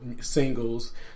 singles